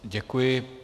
Děkuji.